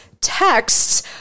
texts